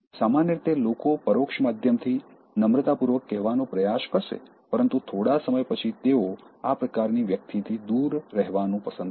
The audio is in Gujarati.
સામાન્ય રીતે લોકો પરોક્ષ માધ્યમથી નમ્રતાપૂર્વક કહેવાનો પ્રયાસ કરશે પરંતુ થોડા સમય પછી તેઓ આ પ્રકારની વ્યક્તિથી દૂર રહેવાનું પસંદ કરશે